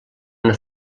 una